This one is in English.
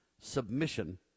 submission